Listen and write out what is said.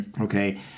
Okay